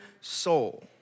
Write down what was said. soul